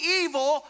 evil